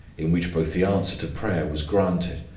in which both the answer to prayer was granted,